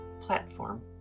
platform